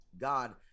God